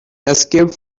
escaped